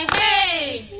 k